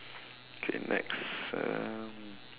okay next um